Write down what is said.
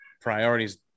priorities